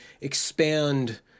expand